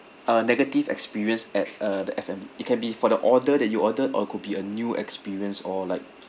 uh negative experience at uh the F&B it can be for the order that you ordered or could be a new experience or like